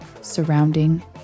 surrounding